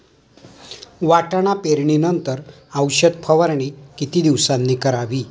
वाटाणा पेरणी नंतर औषध फवारणी किती दिवसांनी करावी?